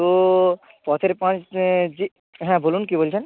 তো পথের পাঁচ যে হ্যাঁ বলুন কী বলছেন